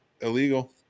illegal